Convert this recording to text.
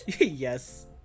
Yes